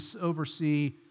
oversee